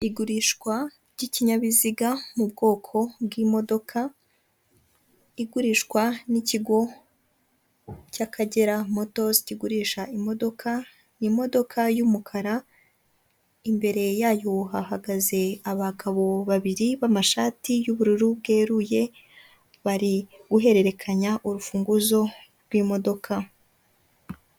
Igurishwa ry'ikinyabiziga mu bwoko bw'imodoka igurishwa n'ikigo cy'akagera motozi kigurisha imodoka, ni imodoka y'umukara imbere yayo hahagaze abagabo babiri b'amashati y'ubururu bweruye bari guhererekanya urufunguzo rw'imodoka.